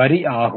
வரி ஆகும்